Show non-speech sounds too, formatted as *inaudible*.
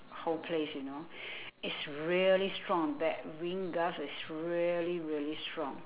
whole place you know *breath* it's really strong that wind gust is really really strong